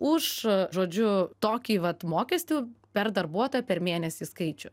už žodžiu tokį vat mokestį per darbuotoją per mėnesį skaičių